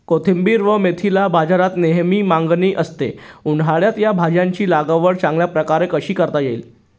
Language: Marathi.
कोथिंबिर व मेथीला बाजारात नेहमी मागणी असते, उन्हाळ्यात या भाज्यांची लागवड चांगल्या प्रकारे कशी करता येईल?